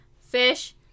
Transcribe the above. fish